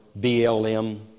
BLM